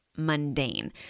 mundane